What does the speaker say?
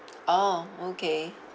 orh okay